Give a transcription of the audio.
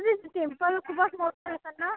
temple खूपच मोठं असेल ना